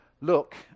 look